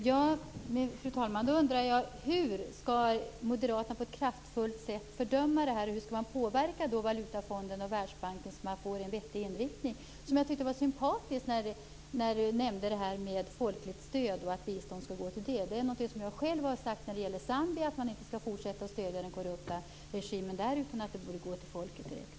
Fru talman! Då undrar jag: Hur skall moderaterna på ett kraftfullt sätt fördöma detta? Hur skall man påverka Valutafonden och Världsbanken så att man får en vettig inriktning? Det jag tyckte var sympatiskt var när Bertil Persson nämnde att bistånd skall gå till folkligt stöd. Det är någonting som jag själv har sagt när det gäller Zambia att man inte skall fortsätta att stödja den korrupta regimen där, utan att stödet borde gå till folket direkt.